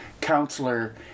counselor